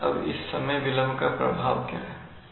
अब इस समय विलंब का प्रभाव क्या है